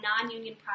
non-union